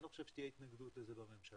אני לא חושב שתהיה התנגדות לזה בממשלה.